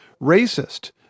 racist